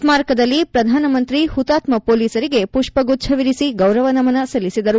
ಸ್ಟಾರಕದಲ್ಲಿ ಪ್ರದಾನಮಂತ್ರಿ ಹುತಾತ್ಮ ಪೊಲೀಸರಿಗೆ ಪುಷ್ವಗುಚ್ವವಿರಿಸಿ ಗೌರವ ನಮನ ಸಲ್ಲಿಸಿದರು